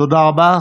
תודה רבה.